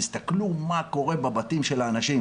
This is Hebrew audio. תסתכלו מה קורה בבתים של האנשים,